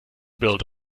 build